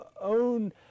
own